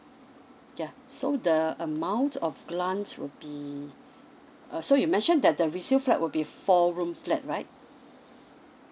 ya so the amount of grant will be uh so you mentioned that the resale flat will be four room flat right